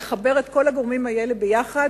לחבר את כל הגורמים האלה יחד,